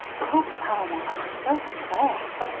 oh, alma, i'm so glad!